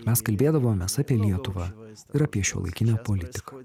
mes kalbėdavomės apie lietuvą ir apie šiuolaikinę politiką